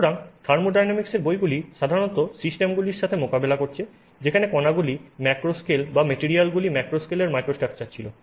সুতরাং থার্মোডাইনামিক্সের বইগুলি সাধারণত সিস্টেমগুলির সাথে মোকাবিলা করেছে যেখানে কণাগুলি ম্যাক্রোস্কেল বা মেটেরিয়ালগুলি ম্যাক্রোস্কেলের মাইক্রোস্ট্রাকচার ছিল